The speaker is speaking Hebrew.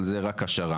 אבל זו רק השערה.